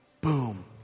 boom